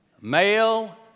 Male